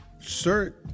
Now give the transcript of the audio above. Sir